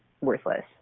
worthless